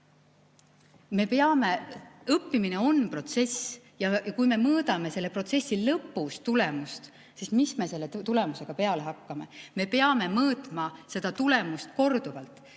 seda taset. Õppimine on protsess. Ja kui me mõõdame selle protsessi lõpus tulemust, siis mis me selle tulemusega peale hakkame? Me peame mõõtma seda tulemust korduvalt.